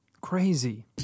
Crazy